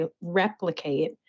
replicate